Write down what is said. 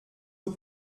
nos